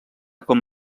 com